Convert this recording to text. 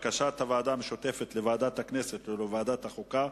בקשת הוועדה המשותפת לוועדת הכנסת ולוועדת החוקה,